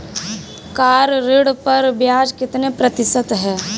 Car ऋण पर ब्याज कितने प्रतिशत है?